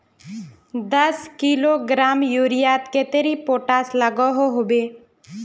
दस किलोग्राम यूरियात कतेरी पोटास लागोहो होबे?